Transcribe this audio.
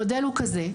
המודל הוא כזה,